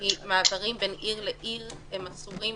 כי מעברים בין עיר לעיר אסורים,